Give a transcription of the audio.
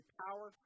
power